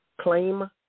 claim